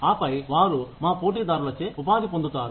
ఆపై వారు మా పోటీదారులచే ఉపాధి పొందుతారు